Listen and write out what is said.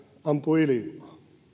ampui ilmaan